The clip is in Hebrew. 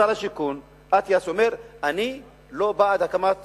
את שר השיכון אטיאס אומר: אני לא בעד הקמת